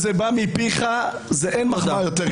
כשזה בא מפיך אין מחמאה יותר גדולה.